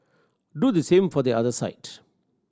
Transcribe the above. do the same for the other side